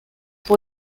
pour